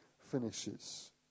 finishes